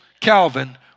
Calvin